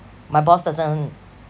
my boss doesn't